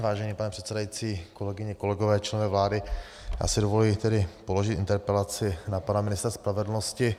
Vážený pane předsedající, kolegyně a kolegové, členové vlády, já si dovoluji tedy položit interpelaci na pana ministra spravedlnosti.